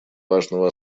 важного